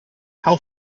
how